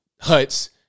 huts